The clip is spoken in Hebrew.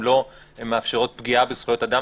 הן מאפשרות פגיעה בזכויות אדם,